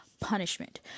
punishment